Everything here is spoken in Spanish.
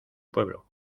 pueblo